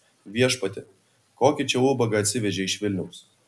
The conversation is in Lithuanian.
viešpatie kokį čia ubagą atsivežei iš vilniaus